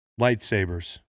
lightsabers